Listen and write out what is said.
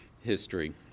history